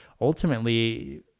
ultimately